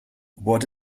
what